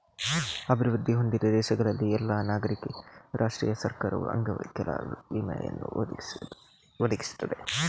ಅಭಿವೃದ್ಧಿ ಹೊಂದಿದ ದೇಶಗಳಲ್ಲಿ ಎಲ್ಲಾ ನಾಗರಿಕರಿಗೆ ರಾಷ್ಟ್ರೀಯ ಸರ್ಕಾರವು ಅಂಗವೈಕಲ್ಯ ವಿಮೆಯನ್ನು ಒದಗಿಸುತ್ತದೆ